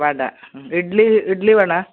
വട ഇഡ്ഡലി ഇഡ്ഡലി വേണോ